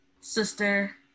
sister